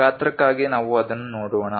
ಗಾತ್ರಕ್ಕಾಗಿ ನಾವು ಅದನ್ನು ನೋಡೋಣ